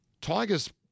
Tigers